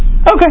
Okay